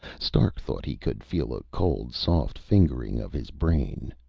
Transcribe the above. stark thought he could feel a cold, soft fingering of his brain.